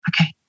Okay